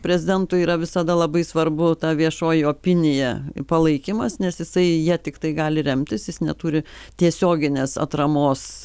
prezidentui yra visada labai svarbu ta viešoji opinija palaikymas nes jisai ja tiktai gali remtis jis neturi tiesioginės atramos